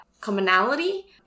commonality